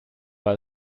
war